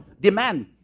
Demand